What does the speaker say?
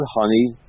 honey